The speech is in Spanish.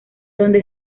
donde